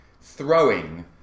throwing